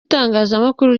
itangazamakuru